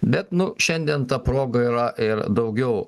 bet nu šiandien tą progą yra ir daugiau